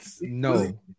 No